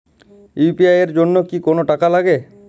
UPI এর জন্য কি কোনো টাকা লাগে?